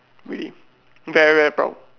really very very proud